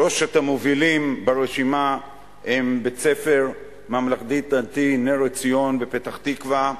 שלושת המובילים ברשימה הם בית-ספר ממלכתי-דתי "נר עציון" בפתח-תקווה,